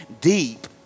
deep